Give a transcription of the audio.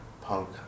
punk